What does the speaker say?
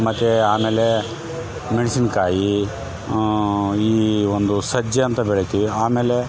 ಮತ್ತು ಆಮೇಲೆ ಮೆಣಸಿನ್ಕಾಯಿ ಈ ಒಂದು ಸಜ್ಜೆ ಅಂತ ಬೆಳಿತೀವಿ ಆಮೇಲೆ